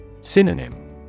Synonym